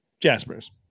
Jasper's